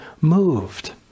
moved